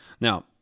now